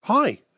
hi